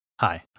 Hi